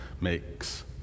makes